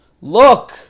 Look